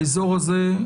באזור הזה,